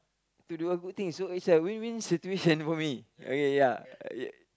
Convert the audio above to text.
to do a good thing so it's a win win situation for me okay ya